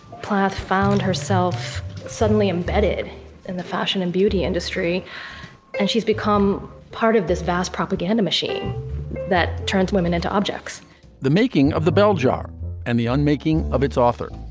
plath found herself suddenly embedded in the fashion and beauty industry and she's become. part of this vast propaganda machine that turns women into objects the making of the bell jar and the unmaking of its author